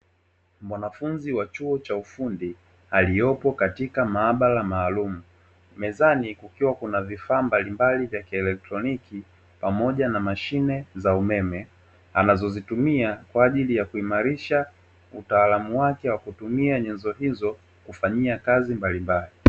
Mwanafunzi wa chuo cha ufundi aliyopo katika maabara maalumu, mezani kukiwa na vifaa mbali mbali vya kielotroniki pamoja na mashine za umeme anazozitumia kwa ajili ya kuimarisha utaalamu wake wa kutumia nyenzo hizo kufanyia kazi mbali mbali.